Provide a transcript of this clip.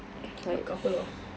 a couple of